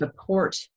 support